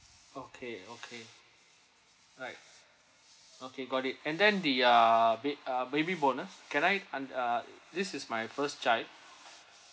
okay okay alright okay got it and then the ah ba~ uh baby bonus can I and uh this is my first child